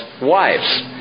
wives